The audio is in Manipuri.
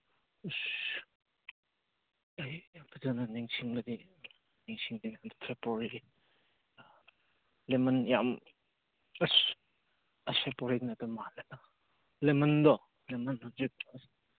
ꯎꯁ ꯑꯩ ꯐꯖꯅ ꯅꯤꯡꯁꯤꯡꯂꯗꯤ ꯅꯤꯡꯁꯤꯡꯒꯦ ꯐꯦꯕ꯭ꯋꯥꯔꯤꯂꯥ ꯂꯦꯃꯟ ꯌꯥꯝ ꯑꯁ ꯑꯁ ꯐꯦꯕ꯭ꯋꯥꯔꯤ ꯅꯠꯇ ꯃꯥꯜꯂꯦꯗ ꯂꯦꯃꯟꯗꯣ ꯂꯦꯃꯟ ꯍꯨꯖꯤꯛ ꯑꯁ